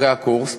אחרי הקורס,